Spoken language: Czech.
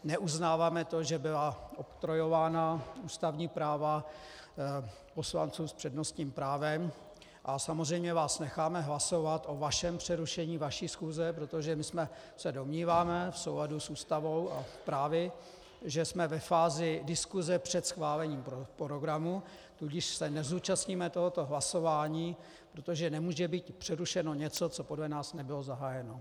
Neuznáváme to, že byla oktrojována ústavní práva poslanců s přednostním právem, a samozřejmě vás necháme hlasovat o vašem přerušení vaší schůze, protože my se domníváme v souladu s Ústavou a právy, že jsme ve fázi diskuse před schválením programu, tudíž se nezúčastníme tohoto hlasování, protože nemůže být přerušeno něco, co podle nás nebylo zahájeno.